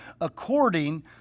according